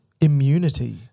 immunity